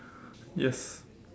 yes